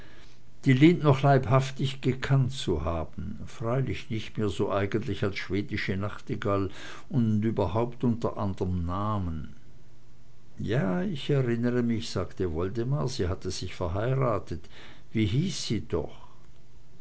die lind noch leibhaftig gekannt zu haben freilich nicht mehr so eigentlich als schwedische nachtigall und überhaupt unter anderm namen ja ich erinnere mich sagte woldemar sie hatte sich verheiratet wie hieß sie doch